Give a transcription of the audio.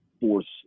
force